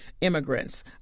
immigrants